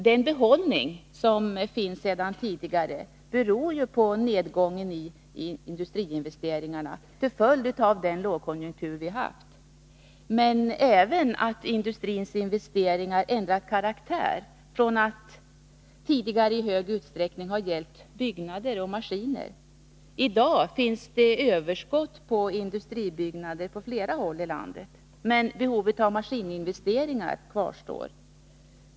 Den ”behållning” som finns sedan tidigare beror på nedgången i industriinvesteringar till följd av den lågkonjunktur vi haft men även på att industrins investeringar ändrat karaktär från att tidigare i hög utsträckning ha gällt byggnader och maskiner. I dag finns överskott på industribyggnader på flera håll i landet, men behovet av maskininvesteringar kvarstår.